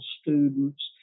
students